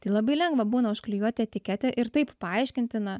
tai labai lengva būna užklijuoti etiketę ir taip paaiškinti na